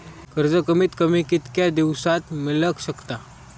कर्ज कमीत कमी कितक्या दिवसात मेलक शकता?